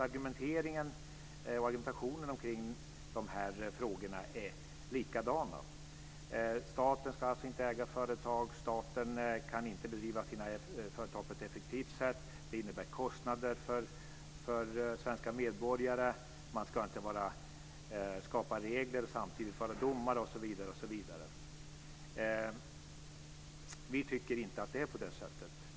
Argumenteringen kring dessa frågor är likadan, nämligen att staten inte ska äga företag, att staten inte kan driva sina företag på ett effektivt sätt, att det innebär kostnader för svenska medborgare och att man inte ska skapa regler och samtidigt vara domare, osv. Vi tycker inte att det är på det sättet.